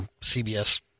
CBS